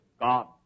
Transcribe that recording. God